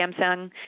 Samsung